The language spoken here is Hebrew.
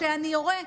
או שאני יורה".